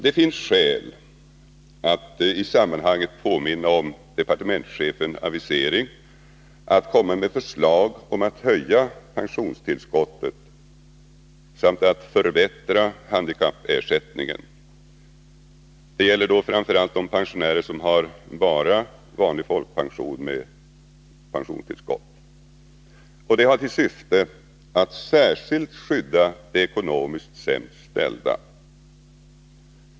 Det finns skäl att i sammanhanget påminna om departementschefens avisering att komma med förslag om att höja pensionstillskottet samt att förbättra handikappersättningen. Det gäller då framför allt de pensionärer som bara har vanlig folkpension med pensionstillskott. Detta har till syfte att särskilt skydda de ekonomiskt sämst ställda.